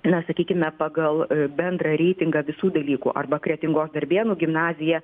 na sakykime pagal bendrą reitingą visų dalykų arba kretingos darbėnų gimnazija